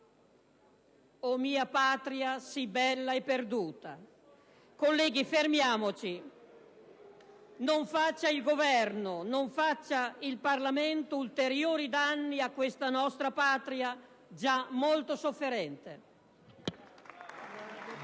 *(Commenti dal Gruppo PdL).* Colleghi, fermiamoci! Non faccia il Governo, non faccia il Parlamento ulteriori danni a questa nostra Patria, già molto sofferente.